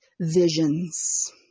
visions